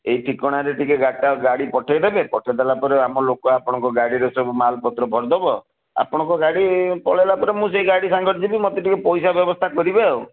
ଏଇ ଠିକଣାରେ ଟିକେ ଗାଡ଼ିଟା ଗାଡ଼ି ପଠାଇଦେବେ ପଠାଇଦେଲା ପରେ ଆମ ଲୋକ ଆପଣଙ୍କ ଗାଡ଼ିରେ ସବୁ ମାଲ୍ ପତ୍ର ଭରିଦେବ ଆପଣଙ୍କ ଗାଡ଼ି ପଳାଇଗଲା ପରେ ମୁଁ ସେଇ ଗାଡ଼ି ସାଙ୍ଗରେ ଯିବି ମୋତେ ଟିକେ ପଇସା ବ୍ୟବସ୍ଥା କରିବେ ଆଉ